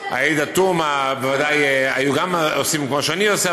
את זה ----- עאידה תומא בוודאי היו גם עושים כמו שאני עושה,